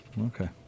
okay